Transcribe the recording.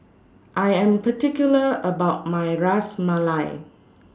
I Am particular about My Ras Malai